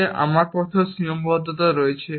তবে আমার পথেও সীমাবদ্ধতা রয়েছে